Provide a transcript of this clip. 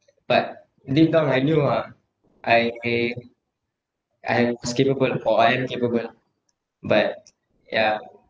but deep down I knew ah I I was capable or I am capable lah but yeah